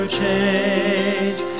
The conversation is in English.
change